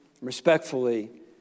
respectfully